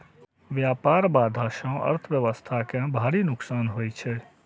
व्यापार बाधा सं अर्थव्यवस्था कें भारी नुकसान होइ छै